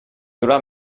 durà